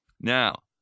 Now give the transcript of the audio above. Now